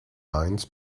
lines